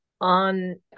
on